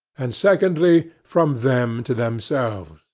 and, secondly, from them to themselves.